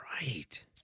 right